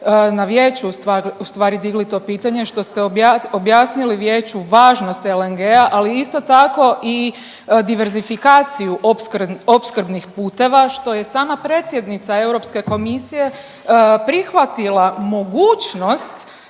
na Vijeću u stvari digli to pitanje, što ste objasnili Vijeću važnost LNG-a ali isto tako i diverzifikaciju opskrbnih puteva što je sama predsjednica Europske komisije prihvatila mogućnost